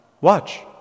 Watch